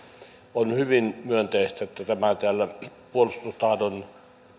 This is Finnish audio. on hyvin myönteistä että tämä on täällä puolustustahdon